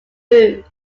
booth